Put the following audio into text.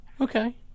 Okay